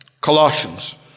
Colossians